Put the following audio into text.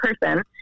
person